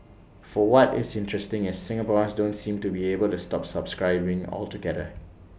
for what is interesting is Singaporeans don't seem to be able to stop subscribing altogether